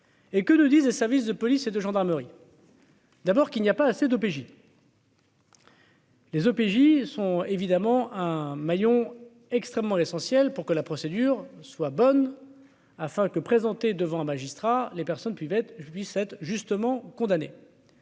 Et que nous disent les services de police et de gendarmerie. D'abord, qu'il n'y a pas assez d'OPJ. Les OPJ sont évidemment un maillon extrêmement l'essentiel pour que la procédure soit bonne afin que présenté devant un magistrat, les personnes peuvent être je 17 justement condamné.